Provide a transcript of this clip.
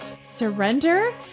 surrender